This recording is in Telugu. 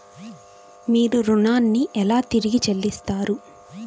మీరు ఋణాన్ని ఎలా తిరిగి చెల్లిస్తారు?